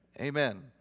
amen